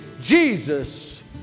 Jesus